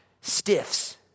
stiffs